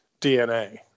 DNA